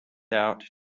out